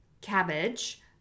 cabbage